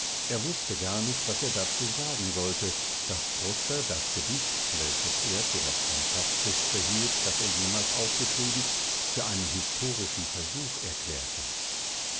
er wußte gar nicht was er dazu sagen sollte daß prosper das gedicht welches er für das phantastischste hielt das er jemals aufgeschrieben für einen historischen versuch erklärte